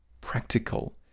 practical